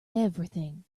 everything